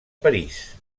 parís